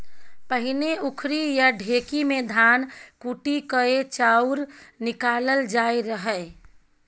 पहिने उखरि या ढेकी मे धान कुटि कए चाउर निकालल जाइ रहय